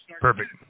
Perfect